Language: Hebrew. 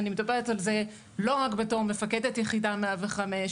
אני מדברת על זה לא רק בתור מפקדת יחידה 105,